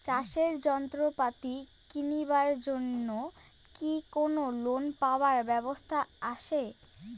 চাষের যন্ত্রপাতি কিনিবার জন্য কি কোনো লোন পাবার ব্যবস্থা আসে?